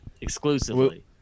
exclusively